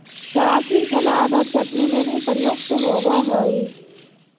साथ ही सलाद और चटनी में भी प्रयुक्त होवअ हई